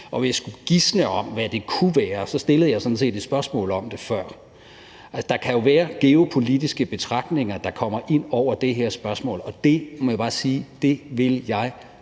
Jeg kunne gisne om, hvad det kunne være, og jeg stillede sådan set et spørgsmål om det før. Der kan jo være geopolitiske betragtninger, der kommer ind over det her spørgsmål, og det må jeg bare sige jeg